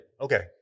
Okay